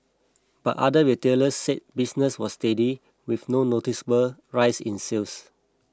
but other retailers said business was steady with no noticeable rise in sales